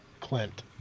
Clint